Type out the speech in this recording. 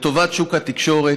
לטובת שוק התקשורת.